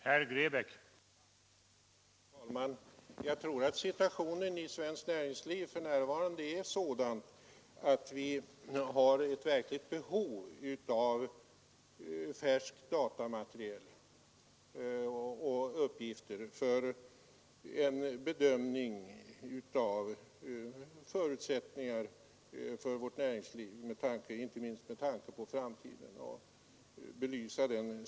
Herr talman! Jag tror att situationen i svenskt näringsliv för närvarande är sådan att vi har ett verkligt behov av färskt utredningsmaterial för att belysa och bedöma förutsättningarna för vårt näringsliv, inte minst med tanke på framtiden.